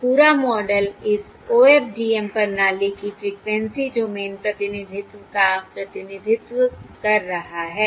यह पूरा मॉडल इस OFDM प्रणाली की फ़्रीक्वेंसी डोमेन प्रतिनिधित्व का प्रतिनिधित्व करता है